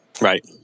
Right